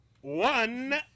One